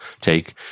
take